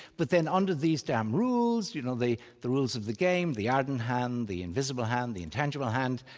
but then under these damn rules, you know the the rules of the game, the ardent hand, the invisible hand, the intangible hand,